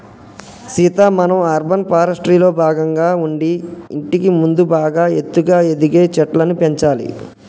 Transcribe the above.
సీత మనం అర్బన్ ఫారెస్ట్రీలో భాగంగా ఉండి ఇంటికి ముందు బాగా ఎత్తుగా ఎదిగే చెట్లను పెంచాలి